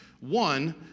One